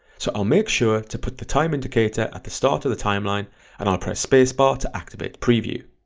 so i'll make sure to put the time indicator at the start of the timeline and i'll press spacebar to activate preview,